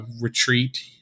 retreat